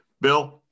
Bill